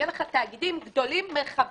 יהיה לך תאגידים גדולים מרחביים.